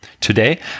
today